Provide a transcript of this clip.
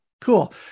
Cool